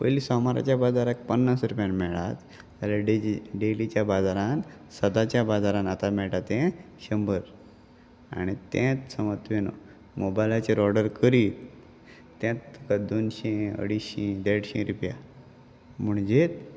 पयलीं सोमाराच्या बाजाराक पन्नास रुपयान मेळ्ळत जाल्यार डेजी डेलीच्या बाजारान सदाच्या बाजारान आतां मेळटा तें शंबर आणी तेंच समत्वे न्हू मोबायलाचेर ऑर्डर करीत तेंच तुका दोनशें अडेश्शीं देडशीं रुपया म्हणजेच